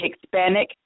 Hispanic